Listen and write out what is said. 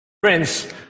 Friends